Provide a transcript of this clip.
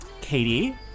Katie